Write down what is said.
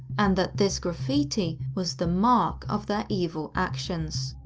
and that this graffiti was the mark of their evil actions.